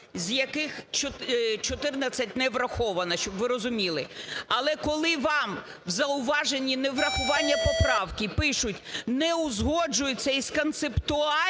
з яких 14 не враховано, щоб ви розуміли. Але коли вам в зауваженні в неврахуванні поправки пишуть "не узгоджуються із концептуальними